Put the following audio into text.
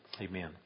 Amen